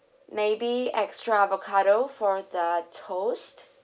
maybe extra avocado for the toast